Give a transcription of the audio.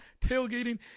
tailgating